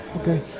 okay